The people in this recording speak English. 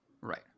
right